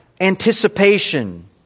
anticipation